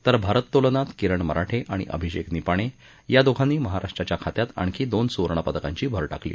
तर भारत्तोलनमध्ये किरण मराठे आणि अभिषेक निपाणे या दोघांनी महाराष्ट्राच्या खात्यात आणखी दोन सुवर्णपदकांची भर टाकली